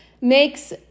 Makes